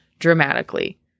Dramatically